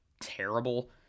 terrible